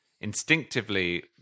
instinctively